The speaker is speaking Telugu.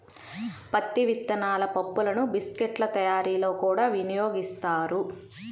పత్తి విత్తనాల పప్పులను బిస్కెట్ల తయారీలో కూడా వినియోగిస్తారు